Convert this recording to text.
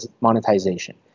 monetization